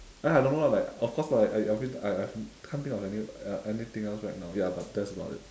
ah I don't know lah like of course not I mean I I can't think of any~ uh anything else right now ya but that's about it